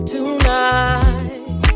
Tonight